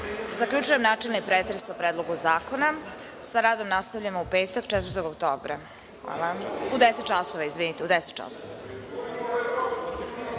Hvala. Zaključujem načelni pretres o Predlogu zakona. Sa radom nastavljamo u petak, 4. oktobra, u 10.00